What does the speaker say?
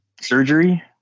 surgery